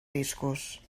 riscos